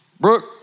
Brooke